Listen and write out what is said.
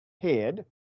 head